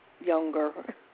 younger